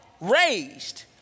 raised